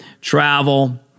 travel